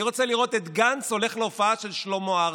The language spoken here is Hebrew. אני רוצה לראות את גנץ הולך להופעה של שלמה ארצי.